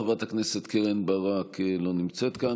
חברת הכנסת קרן ברק, לא נמצאת כאן.